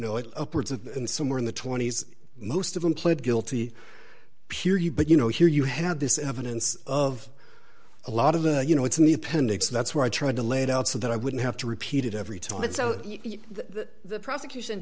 it upwards of somewhere in the twenty's most of them pled guilty purity but you know here you had this evidence of a lot of the you know it's in the appendix that's why i tried to lay it out so that i wouldn't have to repeat it every time and so that the prosecution